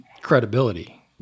credibility